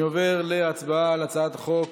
אני עובר להצבעה על הצעת חוק